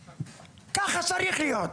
ככה זה צריך להיות.